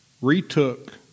retook